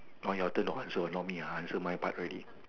orh your turn to answer not me ah I answer my part already